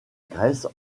grèce